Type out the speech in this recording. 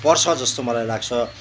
पर्छ जस्तो मलाई लाग्छ